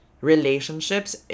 relationships